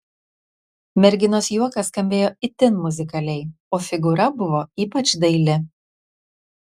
merginos juokas skambėjo itin muzikaliai o figūra buvo ypač daili